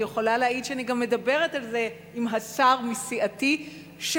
אני יכולה להעיד שאני גם מדברת על זה עם השר מסיעתי שיוותר,